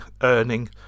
earning